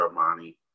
Armani